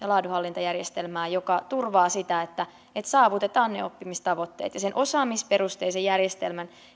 laadunhallintajärjestelmää joka turvaa sitä että saavutetaan ne oppimistavoitteet sen osaamisperusteisen järjestelmän